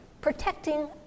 protecting